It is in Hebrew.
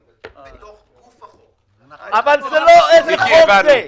בתוך גוף החוק --- אבל איזה חוק זה?